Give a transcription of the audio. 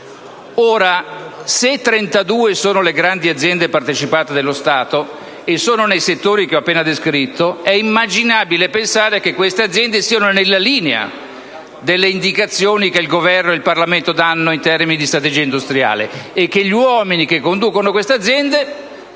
Ora, se 32 sono le grandi aziende partecipate dallo Stato e operano nei settori che ho appena descritto, è immaginabile pensare che queste aziende siano nella linea delle indicazioni che il Governo e il Parlamento danno in termini di strategie industriali e che gli uomini che conducono queste aziende